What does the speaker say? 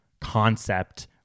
concept